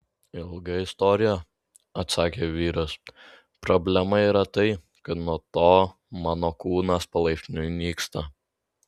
ilga istorija atsakė vyras problema yra tai kad nuo to mano kūnas palaipsniui nyksta